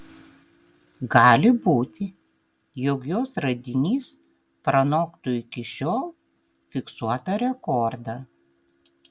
gali būti jog jos radinys pranoktų iki šiol fiksuotą rekordą